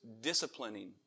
disciplining